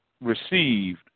received